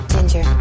Ginger